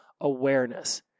awareness